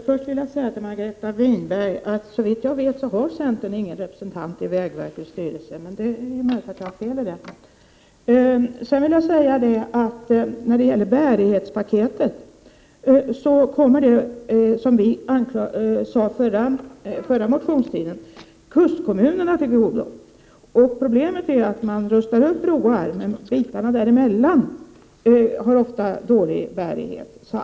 Herr talman! Till Margareta Winberg vill jag säga att såvitt jag vet har centern ingen representant i vägverkets styrelse. Men det är möjligt att jag har fel på den punkten. / Bärighetspaketet kommer, som vi framhöll under motionstiden, kustkommunerna till godo. Problemet är att man rustar upp broar, men bitarna där emellan har ofta dålig bärighet.